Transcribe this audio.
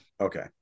Okay